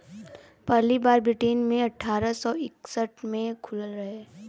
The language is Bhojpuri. पहली बार ब्रिटेन मे अठारह सौ इकसठ मे खुलल रहे